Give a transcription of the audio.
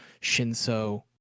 Shinso